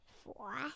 four